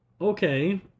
Okay